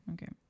Okay